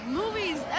movies